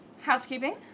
Housekeeping